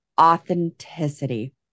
authenticity